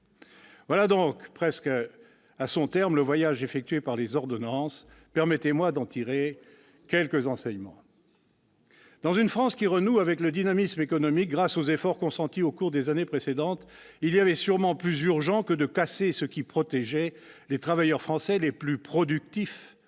voilà donc presque au terme du voyage effectué par les ordonnances ; permettez-moi d'en tirer quelques enseignements. Dans une France qui renoue avec le dynamisme économique grâce aux efforts consentis au cours des années précédentes, il y avait sûrement plus urgent que de casser ce qui protégeait les travailleurs français- les plus productifs